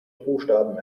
buchstaben